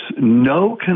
no